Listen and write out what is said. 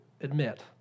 admit